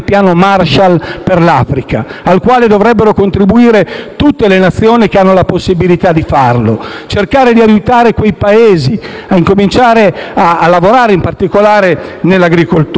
per l'Africa, al quale dovrebbero contribuire tutte le Nazioni che hanno la possibilità di farlo; cercare di aiutare quei Paesi a incominciare a lavorare, in particolare, nell'agricoltura.